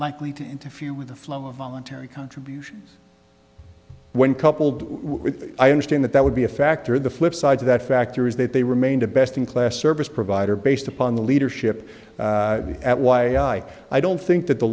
likely to interfere with the flow of voluntary contributions when coupled with i understand that that would be a factor the flipside of that factor is that they remained a best in class service provider based upon the leadership at y i don't think that the